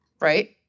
right